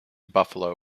buffalo